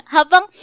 Habang